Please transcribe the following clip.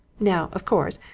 now, of course,